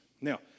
Now